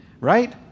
Right